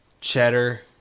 Cheddar